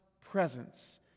presence